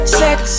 sex